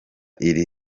iri